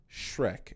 Shrek